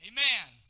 Amen